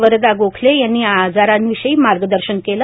वरदा गोखले यांनी या आजारांविषयी मार्गदर्शन केलं